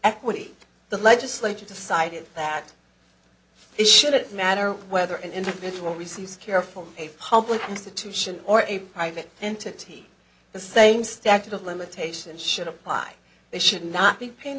equity the legislature decided that it shouldn't matter whether an individual receives care from a public institution or a private entity the same status of limitations should apply they should not be